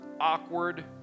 awkward